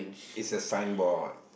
it's a sign board